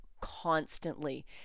constantly